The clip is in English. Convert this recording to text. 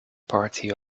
party